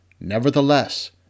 Nevertheless